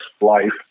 life